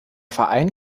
verein